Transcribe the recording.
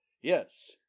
Yes